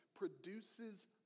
produces